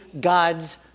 God's